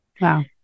Wow